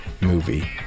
movie